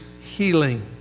healing